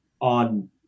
on